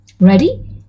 Ready